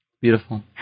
Beautiful